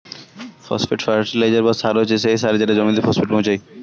phosphate fertiliser বা সার হচ্ছে সেই সার যেটা জমিতে ফসফেট পৌঁছায়